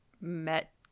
met